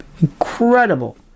incredible